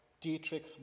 Dietrich